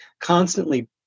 constantly